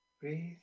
Breathe